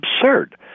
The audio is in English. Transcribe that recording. absurd